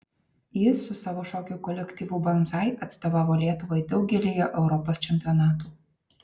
jis su savo šokių kolektyvu banzai atstovavo lietuvai daugelyje europos čempionatų